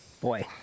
Boy